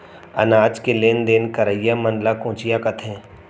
अनाज के लेन देन करइया मन ल कोंचिया कथें